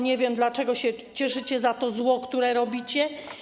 Nie wiem, dlaczego się cieszycie z tego zła, które robicie.